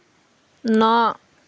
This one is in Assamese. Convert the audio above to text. ন